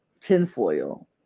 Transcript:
tinfoil